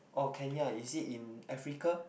oh Kenya is it in Africa